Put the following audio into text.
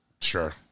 Sure